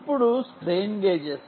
ఇప్పుడు strain gauges